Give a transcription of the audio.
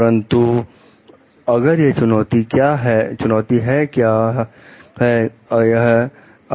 परंतु अगर यह चुनौती है क्या है